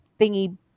thingy